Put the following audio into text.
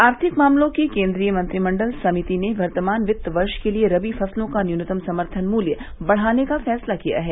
आर्थिक मामलों की केन्द्रीय मंत्रिमंडल समिति ने वर्तमान वित्त वर्ष के लिए रवी फसलों का न्यूनतम समर्थन मूल्य बढ़ाने का फैसला किया है